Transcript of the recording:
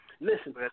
Listen